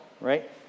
right